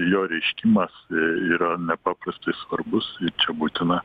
jo reiškimas yra nepaprastai svarbus čia būtina